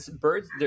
birds